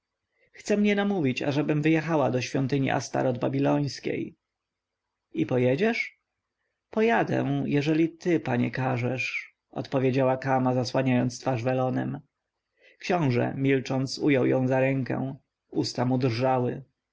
chce mnie namówić ażebym wyjechała do świątyni astoreth babilońskiej i pojedziesz pojadę jeżeli ty panie każesz odpowiedziała kama zasłaniając twarz welonem książę milcząc ujął ją za rękę usta mu drżały